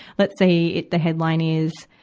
let's say the headline is,